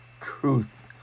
Truth